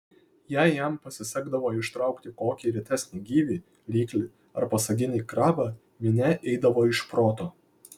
jei jam pasisekdavo ištraukti kokį retesnį gyvį ryklį ar pasaginį krabą minia eidavo iš proto